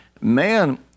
Man